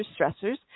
stressors